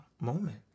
moment